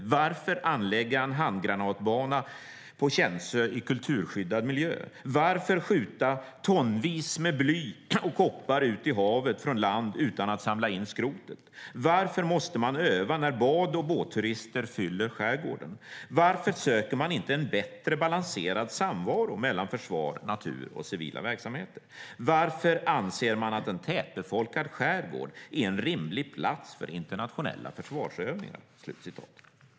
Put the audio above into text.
Varför anlägga en handgranatbana på Känsö, i kulturskyddad miljö? Varför skjuta tonvis med bly och koppar ut i havet från land utan att samla in skrotet? Varför måste man öva när bad och båtturister fyller skärgården? Varför söker man inte en bättre balanserad samvaro mellan försvar, natur och civila verksamheter? Varför anser man att en tätbefolkad skärgård är en rimlig plats för internationella försvarsövningar?"